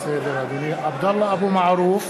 (קורא בשמות חברי הכנסת) עבדאללה אבו מערוף,